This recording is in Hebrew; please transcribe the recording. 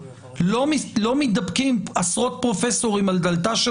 לא מדפקים עשרות פרופסורים על דלתה של